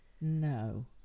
no